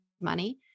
money